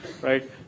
right